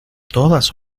todas